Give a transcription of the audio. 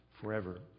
forever